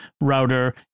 router